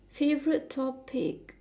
favourite topic